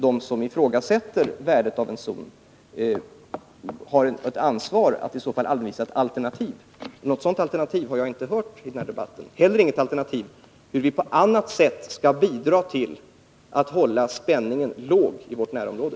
De som ifrågasätter värdet av en zon tycker jag har ett ansvar för att redovisa alternativ ur den här aspekten, men några sådana alternativ har jag inte hört i debatten. Och jag har inte heller hört några alternativ när det gäller hur vi skall bidra till att hålla spänningen låg i vårt närområde.